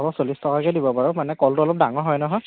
হ'ব চল্লিছ টকাকে দিব বাৰু মানে কলটো অলপ ডাঙৰ হয় নহয়